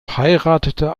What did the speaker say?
heiratete